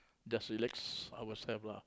just relax ourselves lah